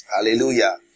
Hallelujah